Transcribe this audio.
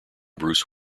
bruce